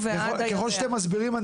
ככל שאתם מסבירים,